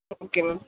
okay ma'am